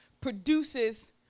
produces